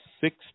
six